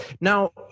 now